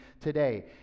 today